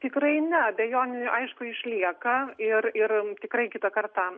tikrai ne abejonių aišku išlieka ir ir tikrai kitą kartą